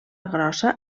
grossa